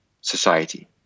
society